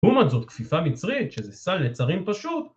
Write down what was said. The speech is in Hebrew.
לעומת זאת כפיפה מצרית שזה סל נצרים פשוט